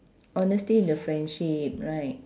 honesty the friendship right